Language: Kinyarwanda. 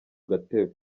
gatebe